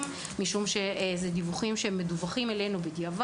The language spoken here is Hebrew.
מכיוון שאנחנו מקבלים את הדיווחים בדיעבד.